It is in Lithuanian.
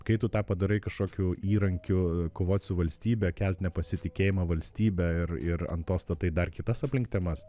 kai tu tą padarai kažkokiu įrankiu kovot su valstybe kelt nepasitikėjimą valstybe ir ir ant to statai dar kitas aplink temas